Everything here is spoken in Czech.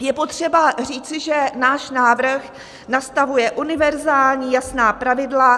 Je potřeba říci, že náš návrh nastavuje univerzální jasná pravidla.